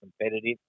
competitive